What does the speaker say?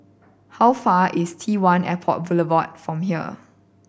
how far away is Tone Airport Boulevard from here